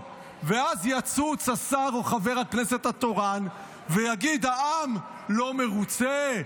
ואז יצוץ השר או חבר הכנסת התורן ויגיד: העם לא מרוצה?